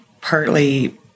partly